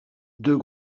deux